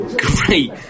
great